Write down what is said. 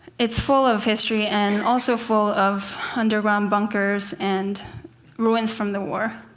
it's full of history, and also full of underground bunkers and ruins from the war.